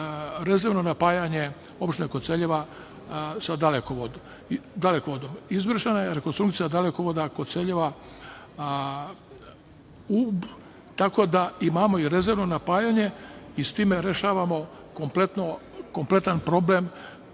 rezervno napajanje opštine Koceljeva sa dalekovodom. Izvršena je rekonstrukcija dalekovoda Koceljeva, tako da imamo i rezervno napajanje i sa time rešavamo kompletan problem